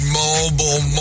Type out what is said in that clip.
mobile